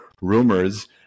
rumors